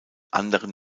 anderen